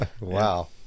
wow